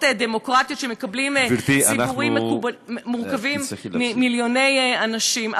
דמוקרטיות שמקבלים ציבורים המורכבים ממיליוני אנשים.